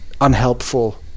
unhelpful